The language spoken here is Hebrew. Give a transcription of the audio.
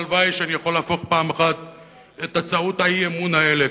הלוואי שאני אוכל להפוך פעם אחת את הצעות האי-אמון האלה,